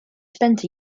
spent